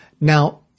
Now